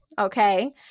Okay